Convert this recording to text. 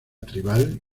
tribal